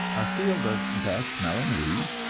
our field of bad-smelling weeds,